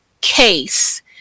case